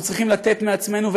אנחנו צריכים לתת מעצמנו,